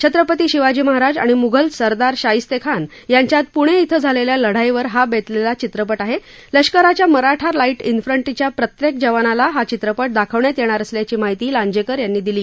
छत्रपती शिवाजी महाराज आणि मूघल सरदार शायिस्तेखान यांच्यात पुणे इथे झालेल्या लढाईवर बेतलेला हा चित्रपट लष्कराच्या मराठा लाईट इन्फंट्रीच्या प्रत्येक जवानाला दाखवण्यात येणार असल्याची माहिती लांजेकर यांनी दिली